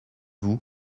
vous